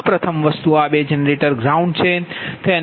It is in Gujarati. આ પ્રથમ વસ્તુ આ બે જનરેટર ગ્રાઉન્ડ છે